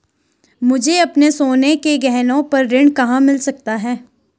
मुझे अपने सोने के गहनों पर ऋण कहाँ मिल सकता है?